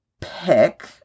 pick